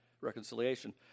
reconciliation